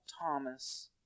Thomas